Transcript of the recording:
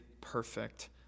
perfect